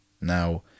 Now